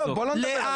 אתה רואה שהוא לא ענה.